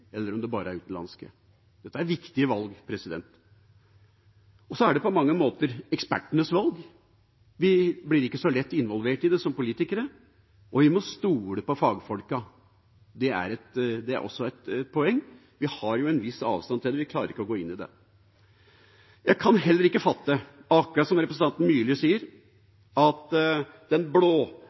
eller om det bare er utenlandske. Dette er viktige valg. Det er på mange måter ekspertenes valg. Vi blir ikke så lett involvert i det som politikere. Vi må stole på fagfolkene. Det er også et poeng. Vi har en viss avstand til det, vi klarer ikke å gå inn i det. Jeg kan heller ikke fatte, akkurat som representanten Myrli sier, at den